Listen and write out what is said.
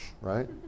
right